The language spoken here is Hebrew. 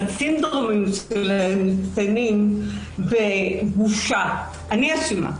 הסינדרומים שלהם כרוכים בבושה "אני אשמה",